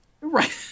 right